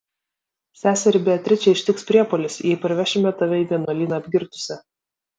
seserį beatričę ištiks priepuolis jei parvešime tave į vienuolyną apgirtusią